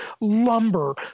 lumber